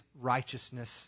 righteousness